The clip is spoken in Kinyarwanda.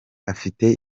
afite